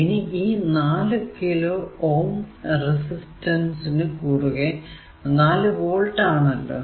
ഇനി ഈ 4 കിലോ Ω റെസിസ്റ്ററിനു കുറുകെ 4 വോൾട് ആണല്ലോ